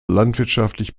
landwirtschaftlich